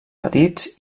petits